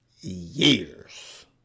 years